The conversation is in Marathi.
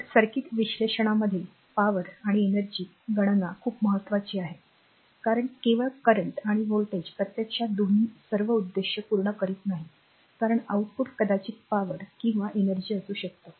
तर सर्किट विश्लेषणामध्ये पी किंवा आणि एनर्जी गणना खूप महत्त्वाची आहे कारण केवळ करेंट आणि व्होल्टेज प्रत्यक्षात दोन्ही सर्व उद्देश पूर्ण करीत नाहीत कारण आउटपुट कदाचित पी किंवा एनर्जि असू शकतं